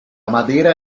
madera